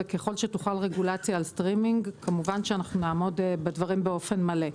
וככל שתוחל רגולציה על סטרימינג כמובן שאנחנו נעמוד בדברים באופן מלא.